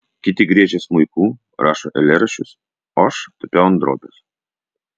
kiti griežia smuiku rašo eilėraščius o aš tapiau ant drobės